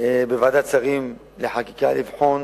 בוועדת שרים לחקיקה לבחון